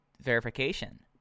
verification